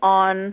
on